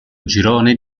girone